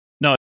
no